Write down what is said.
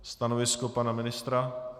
Stanovisko pana ministra?